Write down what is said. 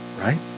Right